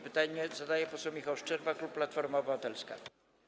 Pytanie zadaje poseł Michał Szczerba, klub Platforma Obywatelska.